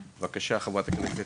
בבקשה, חברת הכנסת